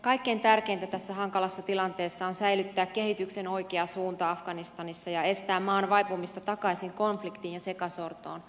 kaikkein tärkeintä tässä hankalassa tilanteessa on säilyttää kehityksen oikea suunta afganistanissa ja estää maan vaipumista takaisin konfliktiin ja sekasortoon